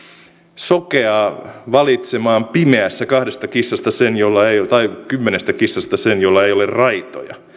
sokeaa valitsemaan pimeässä kahdesta kissasta tai kymmenestä kissasta sen jolla ei ole raitoja